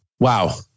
Wow